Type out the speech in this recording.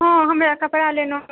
हँ हमरा कपड़ा लेना अइ